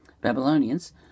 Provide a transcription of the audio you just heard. Babylonians